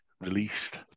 released